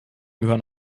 gehören